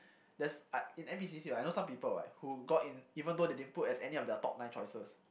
there's uh in N_P_C_C right you know some people right who got in even though they didn't put as any of their top nine choices